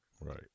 Right